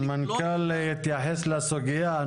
המנכ"ל התייחס לסוגיה.